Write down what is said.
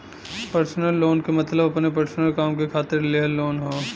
personal loan क मतलब अपने पर्सनल काम के खातिर लिहल लोन हौ